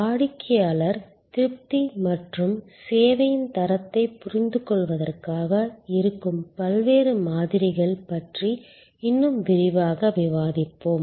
வாடிக்கையாளர் திருப்தி மற்றும் சேவையின் தரத்தைப் புரிந்துகொள்வதற்காக இருக்கும் பல்வேறு மாதிரிகள் பற்றி இன்னும் விரிவாக விவாதிப்போம்